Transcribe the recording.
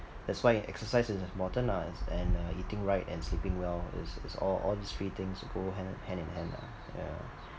that's why exercise is important lah as and uh eating right and sleeping well is is all all these three things go hand hand in hand lah yeah